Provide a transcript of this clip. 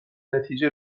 نتیجه